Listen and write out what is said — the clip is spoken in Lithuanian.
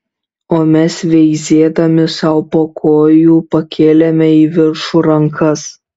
o mes veizėdami sau po kojų pakėlėme į viršų rankas